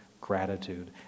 gratitude